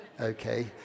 okay